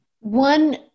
One